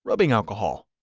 rubbing alcohol,